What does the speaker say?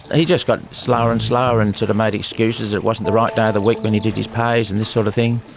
he just got slower and slower and sort of made excuses. it wasn't the right day of the week when he did his pays and this sort of thing.